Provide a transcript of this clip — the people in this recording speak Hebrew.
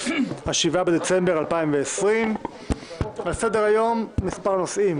7 בדצמבר 2020. על סדר-היום מספר נושאים,